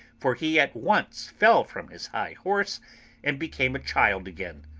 for he at once fell from his high-horse and became a child again.